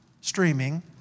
streaming